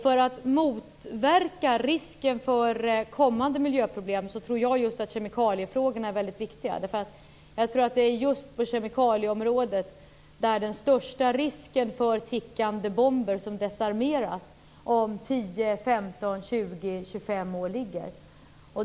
För att motverka risken för kommande miljöproblem tror jag att vi måste se att just kemikaliefrågorna är mycket viktiga. Jag tror att det är just på kemikalieområdet som risken är störst för att det ligger tickande bomber, som desarmeras om 10, 15, 20 eller 25 år.